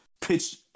pitch